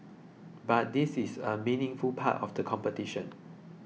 but this is a meaningful part of the competition